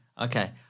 Okay